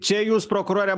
čia jūs prokurore